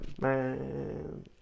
Man